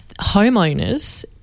homeowners